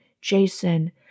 Jason